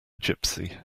gipsy